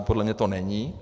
Podle mě to není.